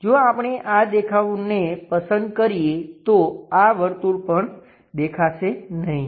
જો આપણે આ દેખાવને પસંદ કરીએ તો આ વર્તુળ પણ દેખાશે નહીં